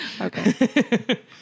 Okay